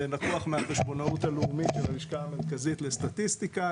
זה לקוח מהחשבונאות הלאומית של הלשכה המרכזית לסטטיסטיקה,